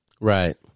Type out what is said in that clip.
Right